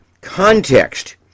context